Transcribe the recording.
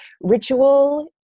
ritual